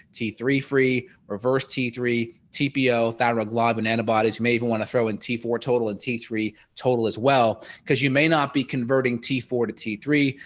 t three free, reverse t three tpl thyroid glob an antibiotic you may even want to throw in t four total and t three total as well, because you may not be converting t four to t three.